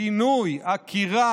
פינוי, עקירה,